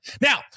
Now